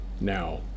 now